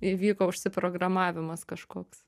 įvyko užsiprogramavimas kažkoks